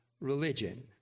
religion